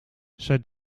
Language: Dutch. zij